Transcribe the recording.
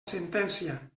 sentència